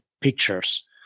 pictures